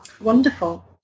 wonderful